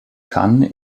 tan